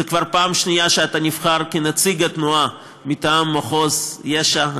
זו כבר הפעם השנייה שאתה נבחר לנציג התנועה מטעם מחוז יש"ע,